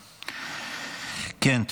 כן.